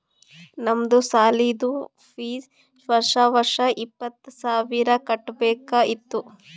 ನಮ್ದು ಸಾಲಿದು ಫೀ ವರ್ಷಾ ವರ್ಷಾ ಇಪ್ಪತ್ತ ಸಾವಿರ್ ಕಟ್ಬೇಕ ಇತ್ತು